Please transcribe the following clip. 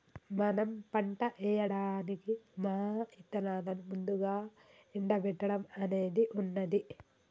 మనం పంట ఏయడానికి మా ఇత్తనాలను ముందుగా ఎండబెట్టడం అనేది ఉన్నది